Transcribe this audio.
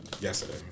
Yesterday